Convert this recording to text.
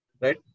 Right